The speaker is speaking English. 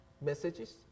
messages